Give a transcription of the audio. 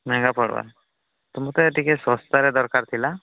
ମେହେଙ୍ଗା ପଡ଼ବାର୍ ତ ମୋତେ ଟିକେ ଶସ୍ତାରେ ଦରକାର ଥିଲା